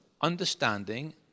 understanding